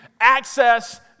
access